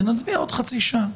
ונצביע עוד חצי שעה.